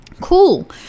Cool